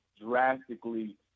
drastically